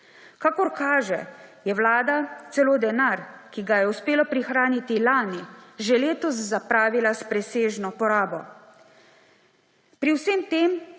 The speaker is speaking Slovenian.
Kakor kaže, je vlada celo denar, ki ga je uspelo prihraniti lani, že letos zapravila s presežno porabo. Pri vsem tem